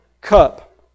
cup